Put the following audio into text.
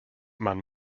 man